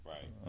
Right